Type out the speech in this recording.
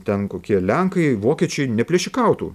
ten kokie lenkai vokiečiai neplėšikautų